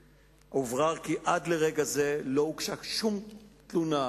עולה כי עד לרגע זה לא הוגשה שום תלונה,